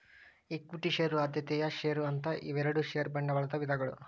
equity share ಆದ್ಯತೆಯ share ಅಂತ ಇವೆರಡು ಷೇರ ಬಂಡವಾಳದ ವಿಧಗಳು